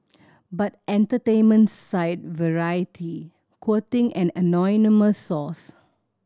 but entertainment site variety quoting an anonymous source